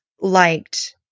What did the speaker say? liked